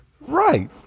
Right